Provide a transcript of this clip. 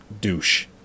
douche